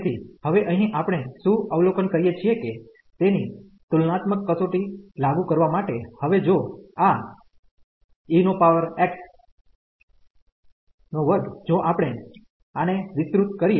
તેથીહવે અહિં આપણે શું અવલોકન કરીએ છીએ કે તેની તુલનાત્મક કસોટી લાગુ કરવા માટે હવે જો આ ex2 જો આપણે આને વિસ્તૃત કરીએ